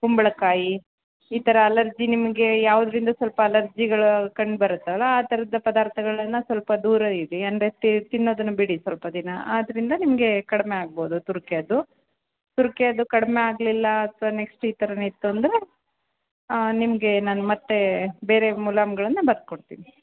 ಕುಂಬಳಕಾಯಿ ಈ ಥರ ಅಲರ್ಜಿ ನಿಮಗೆ ಯಾವುದರಿಂದ ಸ್ವಲ್ಪ ಅಲರ್ಜಿಗಳು ಕಂಡುಬರುತ್ತಲ್ಲ ಆ ಥರದ ಪದಾರ್ಥಗಳನ್ನ ಸ್ವಲ್ಪ ದೂರವಿಡಿ ಅಂದರೆ ತಿನ್ನೋದನ್ನ ಬಿಡಿ ಸ್ವಲ್ಪ ದಿನ ಆದರಿಂದ ನಿಮಗೆ ಕಡಿಮೆ ಆಗ್ಬೌದು ತುರಿಕೆ ಅದು ತುರಿಕೆ ಅದು ಕಡಿಮೆ ಆಗಲಿಲ್ಲ ಅಥ್ವಾ ನೆಕ್ಸ್ಟ್ ಈ ಥರನೇ ಇತ್ತು ಅಂದರೆ ನಿಮಗೆ ನಾನು ಮತ್ತೆ ಬೇರೆ ಮುಲಾಮ್ಗಳನ್ನ ಬರೆದುಕೊಡ್ತಿನಿ